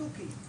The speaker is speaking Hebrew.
התוכים.